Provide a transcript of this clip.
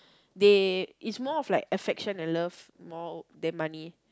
they is more like affection and love more than money